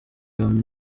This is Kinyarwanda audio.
yombi